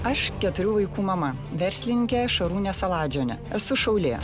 aš keturių vaikų mama verslininkė šarūnė saladžiunė esu šaulė